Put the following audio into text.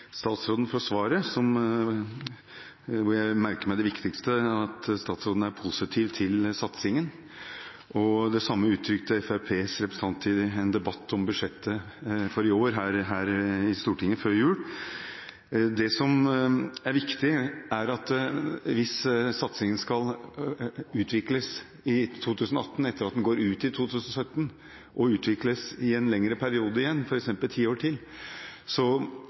merker meg det viktigste, at statsråden er positiv til satsingen. Det samme uttrykte Fremskrittspartiets representant i en debatt om budsjettet for i år her i Stortinget før jul. Det som er viktig, er at hvis satsingen skal utvikles i 2018, etter at den har gått ut i 2017, og utvikles i en lengre periode igjen, f.eks. i ti år til,